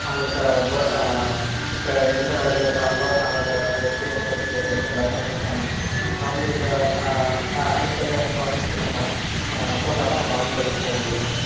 அவங்களுக்கு இப்போ இப்போ எந்த வேலையில் இருக்கிறாங்களோ அந்த அதை எக்ஸ்பீரியன்ஸ் சர்ட்டிஃபிக்கேட்டு எல்லாத்தையும் கலெக்ட் பண்ணி அவங்களுக்கு அடுத்த ப்ராசஸுக்கு நம்ம போட்டால் தான் அவங்க ஆன் போர்டிங் போக முடியும்